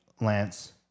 Lance